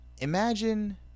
Imagine